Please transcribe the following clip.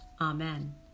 Amen